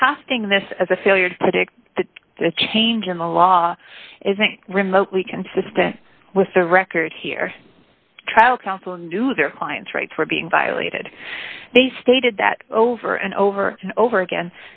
casting this as a failure to tick that the change in the law isn't remotely consistent with the record here trial counsel knew their client's rights were being violated they stated that over and over and over again